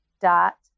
dot